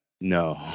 No